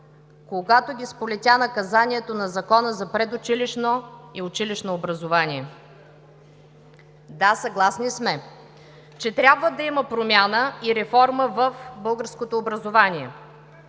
когато ги сполетя наказанието на Закона за предучилищното и училищното образование. Да, съгласни сме, че трябва да има промяна и реформа в българското образование.